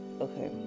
okay